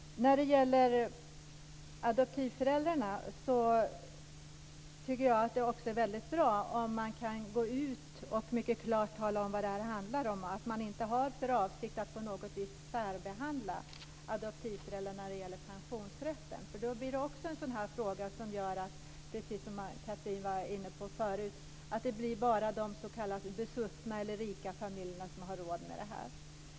När det gäller adoptivföräldrarna tycker jag att det också är väldigt bra om man kan gå ut och mycket klart tala om vad det handlar om och att man inte har för avsikt att på något vis särbehandla adoptivföräldrar när det gäller pensionsrätten. Då blir det, precis som Chatrine var inne på förut, bara de s.k. besuttna eller rika familjerna som har råd med detta.